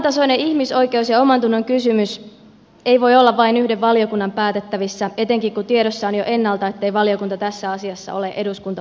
tämäntasoinen ihmisoikeus ja omantunnonkysymys ei voi olla vain yhden valiokunnan päätettävissä etenkin kun tiedossa on jo ennalta ettei valiokunta tässä asiassa ole eduskunta pienoiskoossa